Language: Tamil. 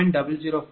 u